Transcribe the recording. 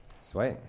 Sweet